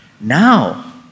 Now